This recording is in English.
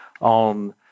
on